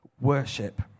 worship